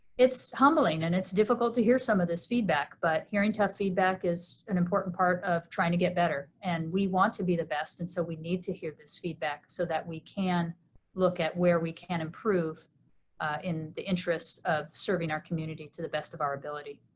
it's humbling and it's difficult to hear some of this feedback but hearing tough feedback is an important part of trying to get better, and we want to be the best and so we need to hear this feedback so that we can look at where we can improve in the interest of serving our community to the best of our ability.